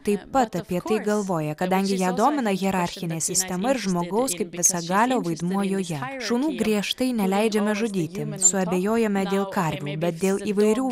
taip pat apie tai galvoja kadangi ją domina hierarchinė sistema ir žmogaus kaip visagalio vaidmuo joje šunų griežtai neleidžiame žudyti suabejojame dėl karvių bet dėl įvairių